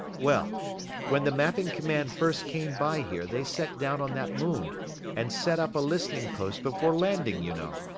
well when the mapping command first came by here they set down on that moon and set up a listening post before landing, you know,